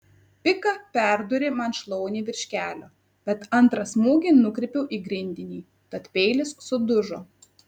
pika perdūrė man šlaunį virš kelio bet antrą smūgį nukreipiau į grindinį tad peilis sudužo